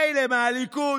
מילא מהליכוד,